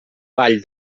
vall